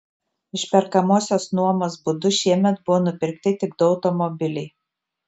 išperkamosios nuomos būdu šiemet buvo nupirkti tik du automobiliai